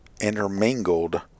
intermingled